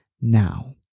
now